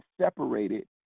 separated